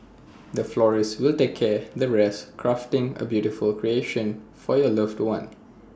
the florist will take care the rest crafting A beautiful creation for your loved one